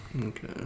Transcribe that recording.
Okay